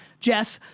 jess,